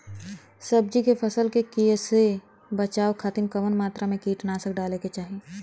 सब्जी के फसल के कियेसे बचाव खातिन कवन मात्रा में कीटनाशक डाले के चाही?